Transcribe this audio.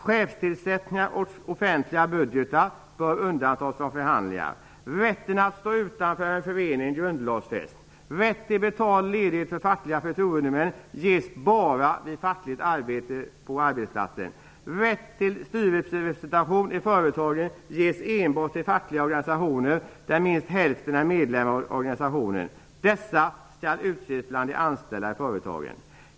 Chefstillsättningar och offentliga budgetar bör undantas från förhandlingar. Rätten att stå utanför en förening bör grundlagsfästas. Rätt till betald ledighet för fackliga förtroendemän ges bara vid fackligt arbete på arbetsplatsen. Rätt till styrelserepresentation i företagen ges enbart till fackliga organisationer där minst hälften är medlemmar av organisationen. Dessa skall utses bland de anställda i företagen.